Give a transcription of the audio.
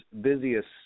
busiest